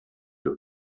your